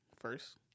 first